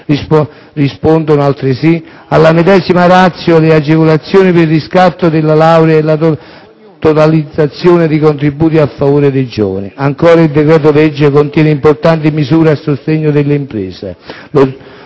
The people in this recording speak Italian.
Rispondono altresì alla medesima *ratio* le agevolazioni per il riscatto della laurea e la totalizzazione di contributi a favore dei giovani. Ancora, il decreto‑legge contiene importanti misure a sostegno delle imprese: